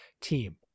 team